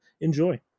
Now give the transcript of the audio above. enjoy